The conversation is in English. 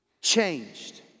changed